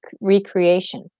recreation